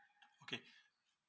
okay